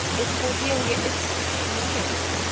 if cordelia isn't your name, what is?